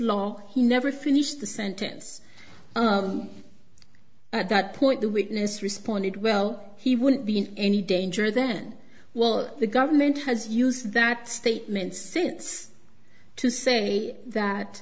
law he never finished the sentence at that point the witness responded well he wouldn't be in any danger then well the government has used that statement since to say that